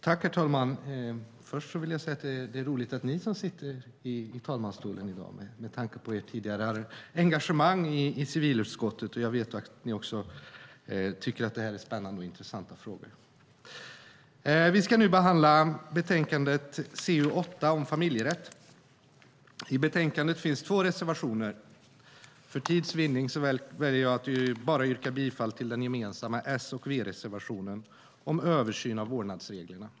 Herr talman! Först vill jag säga att det är roligt att det är just tredje vice talmannen som sitter i talmansstolen i dag, med tanke på ert tidigare engagemang i civilutskottet. Jag vet att ni tycker att detta är spännande och intressanta frågor. Vi ska nu behandla betänkande CU8, Familjerätt . I betänkandet finns två reservationer. För tids vinnande väljer jag att bara yrka bifall till den gemensamma S och V-reservationen om översyn av vårdnadsreglerna.